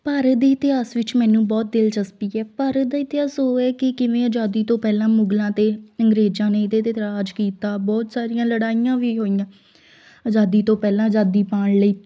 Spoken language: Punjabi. ਭਾਰਤ ਦੇ ਇਤਿਹਾਸ ਵਿੱਚ ਮੈਨੂੰ ਬਹੁਤ ਦਿਲਚਸਪੀ ਹੈ ਭਾਰਤ ਦਾ ਇਤਿਹਾਸ ਉਹ ਹੈ ਕਿ ਕਿਵੇਂ ਅਜ਼ਾਦੀ ਤੋਂ ਪਹਿਲਾਂ ਮੁਗਲਾਂ ਅਤੇ ਅੰਗਰੇਜਾਂ ਨੇ ਇਹਦੇ 'ਤੇ ਰਾਜ ਕੀਤਾ ਬਹੁਤ ਸਾਰੀਆਂ ਲੜਾਈਆਂ ਵੀ ਹੋਈਆ ਅਜ਼ਾਦੀ ਤੋਂ ਪਹਿਲਾਂ ਅਜ਼ਾਦੀ ਪਾਉਣ ਲਈ